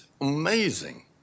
amazing